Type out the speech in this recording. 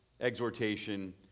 exhortation